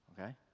okay